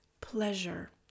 pleasure